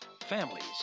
Families